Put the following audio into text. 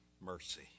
mercy